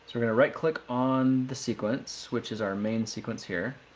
we're going to right click on the sequence which is our main sequence here.